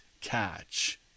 catch